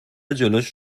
جلوش